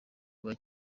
kuba